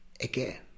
again